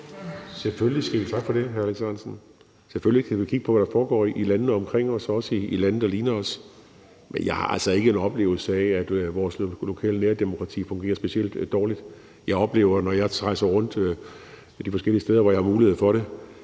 Selvfølgelig kan vi det, hr. Alex Ahrendtsen. Selvfølgelig kan vi kigge på, hvad der foregår i landene omkring os, også i lande, der ligner os. Men jeg har altså ikke en oplevelse af, at vores lokale nærdemokrati fungerer specielt dårligt. Jeg oplever, når jeg rejser rundt de forskellige steder, hvor jeg har mulighed for det,